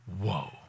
Whoa